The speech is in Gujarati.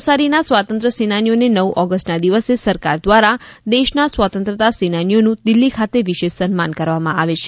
નવસારીના સ્વાતંત્ર્ય સેનાનીઓને નવ ઓગસ્ટના દિવસે સરકાર દ્વારા દેશના સ્વાતંત્રતા સેનાનીઓનું દિલ્હી ખાતે વિશેષ સન્માન કરવામાં આવે છે